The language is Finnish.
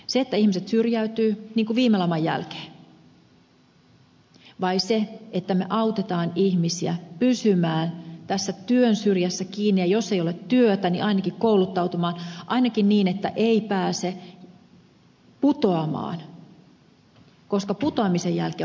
sekö että ihmiset syrjäytyvät niin kuin viime laman jälkeen vai se että me autamme ihmisiä pysymään tässä työn syrjässä kiinni ja jos ei ole työtä kouluttautumaan ainakin niin että ei pääse putoamaan koska putoamisen jälkeen on hyvin vaikea nousta